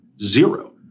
Zero